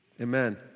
Amen